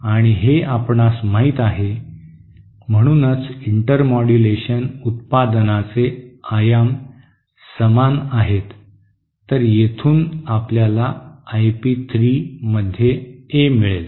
आणि हे आपणास माहित आहे म्हणूनच इंटरमोड्यूलेशन उत्पादनांचे आयाम समान आहेत तर येथून आपल्याला आय पी 3 मध्ये ए हे मिळेल